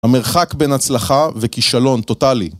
המרחק בין הצלחה וכישלון טוטאלי